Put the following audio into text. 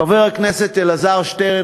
חבר הכנסת אלעזר שטרן,